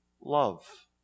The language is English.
love